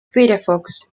firefox